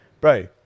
Bro